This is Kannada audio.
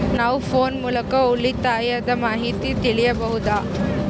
ನಾವು ಫೋನ್ ಮೂಲಕ ಉಳಿತಾಯದ ಮಾಹಿತಿ ತಿಳಿಯಬಹುದಾ?